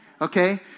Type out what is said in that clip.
Okay